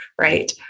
right